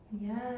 Yes